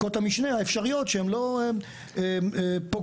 המשנה, שהן לא פוגעניות.